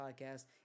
Podcast